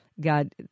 God